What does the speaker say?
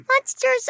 monsters